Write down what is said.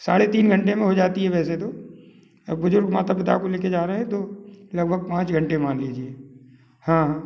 साढ़े तीन घंटे में हो जाती है वैसे तो अब बुज़ुर्ग माता पिता को ले कर जा रहे हैं तो लगभग पाँच घंटे मान लीजिए हाँ